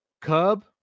Cub